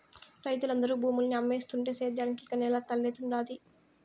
రైతులందరూ భూముల్ని అమ్మేస్తుంటే సేద్యానికి ఇక నేల తల్లేడుండాది